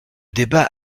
débat